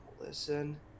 Listen